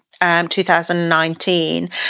2019